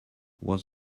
was